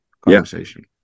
conversation